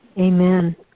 Amen